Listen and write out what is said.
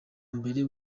mbere